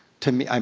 to me, um